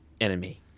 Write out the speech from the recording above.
enemy